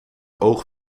oog